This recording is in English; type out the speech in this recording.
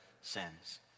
sins